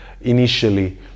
initially